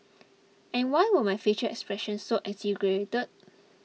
and why were my facial expressions so exaggerated